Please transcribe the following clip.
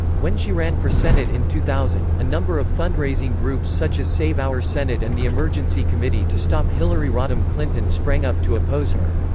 when she ran for senate in two thousand, a number of fundraising groups such as save our senate and the emergency committee to stop hillary rodham clinton sprang up to oppose her.